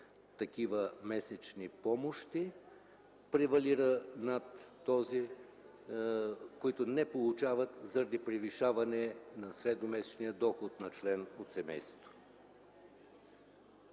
такива месечни помощи, превалира над тези, които не получават заради превишаване на средномесечния доход на член от семейството.